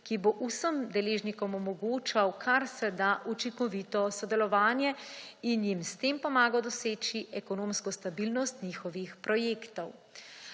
ki bo vsem deležnikom omogočal kar se da učinkovito sodelovanje in jim s tem pomagal doseči ekonomsko stabilnost njihovih projektov.